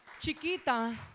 chiquita